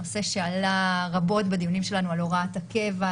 נושא שעלה רבות בדיונים שלנו על הוראת הקבע,